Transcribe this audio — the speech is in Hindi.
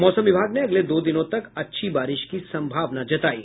मौसम विभाग ने अगले दो दिनों तक अच्छी बारिश की सम्भावना जतायी